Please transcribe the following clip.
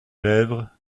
lèvres